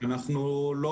אנחנו לא